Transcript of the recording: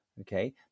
okay